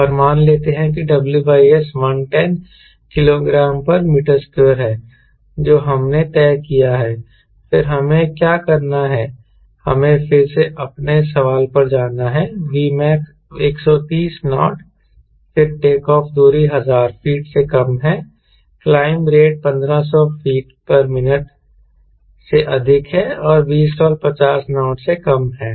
और मान लेते हैं कि WS 110 kgm2 है जो हमने तय किया है फिर हमें क्या करना है हमें फिर से अपने सवाल पर जाना है Vmax 130 नॉट फिर टेक ऑफ दूरी 1000 फीट से कम है क्लाइंब रेट 1500 फीट मिनट से अधिक है और Vstall 50 नॉट से कम है